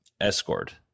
Escort